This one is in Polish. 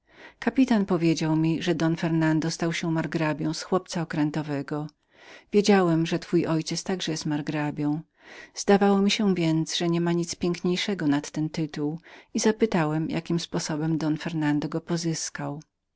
kapitan powiedział mi że don fernand stał się margrabią z chłopca okrętowego wiedziałem że twój ojciec także był margrabią zdało mi się więc że nie było w świecie nic piękniejszego nad ten tytuł i zapytałem jakim sposobem don fernand go pozyskał